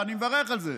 ואני מברך על זה.